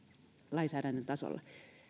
lainsäädännön tasolla